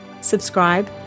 subscribe